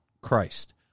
Christ